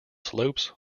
slopes